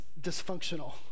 dysfunctional